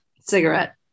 Cigarette